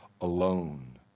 alone